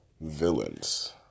villains